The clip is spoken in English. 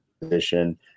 position